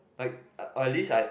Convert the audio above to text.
like at least I